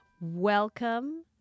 Welcome